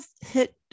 hit